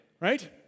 Right